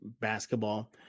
basketball